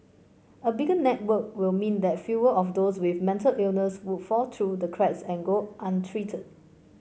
a bigger network will mean that fewer of those with mental illness would fall through the cracks and go untreated